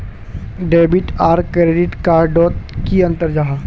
Debit आर credit card डोट की अंतर जाहा?